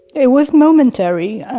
it was momentary,